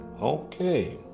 Okay